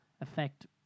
affect